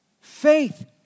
Faith